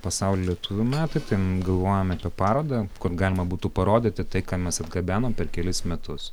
pasaulio lietuvių metai tai galvojam apie parodą kur galima būtų parodyti tai ką mes atgabenom per kelis metus